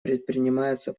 предпринимается